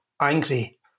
angry